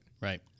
Right